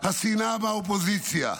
השנאה והאופוזיציה,